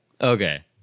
Okay